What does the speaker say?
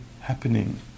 happening